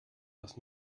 das